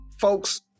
folks